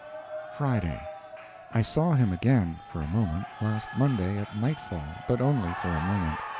friday i saw him again, for a moment, last monday at nightfall, but only for a moment.